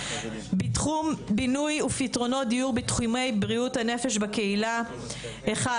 בתחום בינוי ופתרונות דיור בתחומי בריאות הנפש בקהילה:1.